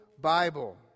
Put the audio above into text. Bible